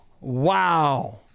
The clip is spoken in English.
Wow